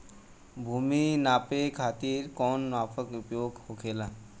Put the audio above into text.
भूमि नाप खातिर कौन मानक उपयोग होखेला?